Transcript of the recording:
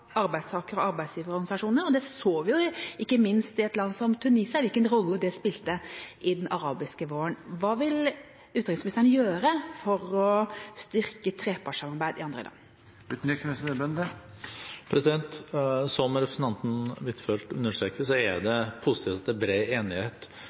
og arbeidsgiverorganisasjoner. Vi så jo – ikke minst i et land som Tunisia – hvilken rolle det spilte i den arabiske våren. Hva vil utenriksministeren gjøre for å styrke et trepartssamarbeid i andre land? Som representanten Huitfeldt understreker, er det positivt at det er